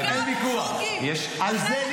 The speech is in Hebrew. אנחנו חייבים לשמור לעצמנו על חופש הביטוי,